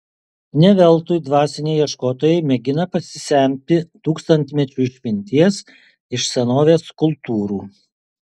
ne veltui dvasiniai ieškotojai mėgina pasisemti tūkstantmečių išminties iš senovės kultūrų